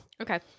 Okay